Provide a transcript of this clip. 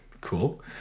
Cool